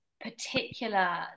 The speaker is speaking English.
particular